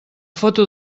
foto